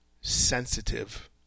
sensitive